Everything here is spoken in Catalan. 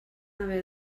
haver